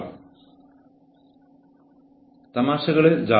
ചെറിയ പെരുമാറ്റദൂഷ്യങ്ങൾ അനൌപചാരികമായി കൈകാര്യം ചെയ്യുന്നതിനുള്ള വ്യവസ്ഥകൾ